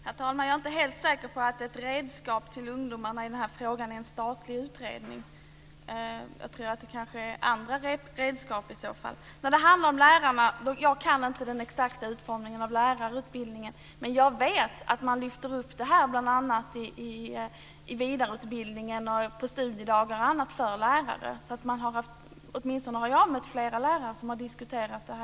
Herr talman! Jag är inte helt säker på att ett redskap till ungdomarna i den här frågan är en statlig utredning. Jag tror att det kanske behövs andra redskap i så fall. Jag vet inte hur den exakta utformningen av lärarutbildningen ser ut, men jag vet att man lyfter fram detta i bl.a. vidareutbildningen, på studiedagar för lärare och vid andra tillfällen. Åtminstone har jag mött flera lärare som har diskuterat detta.